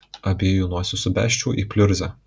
abiejų nosis subesčiau į pliurzę